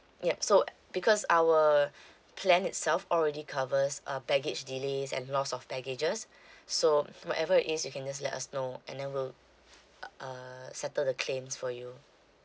yup so uh because our plan itself already covers uh baggage delays and lost of baggages so whatever it is you can just let us know and then we'll uh settle the claims for you